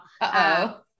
Uh-oh